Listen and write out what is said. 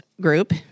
group